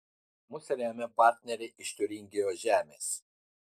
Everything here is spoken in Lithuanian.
mus remia partneriai iš tiuringijos žemės